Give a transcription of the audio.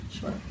Sure